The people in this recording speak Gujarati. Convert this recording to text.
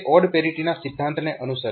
તો તે ઓડ પેરીટીના સિદ્ધાંતને અનુસરે છે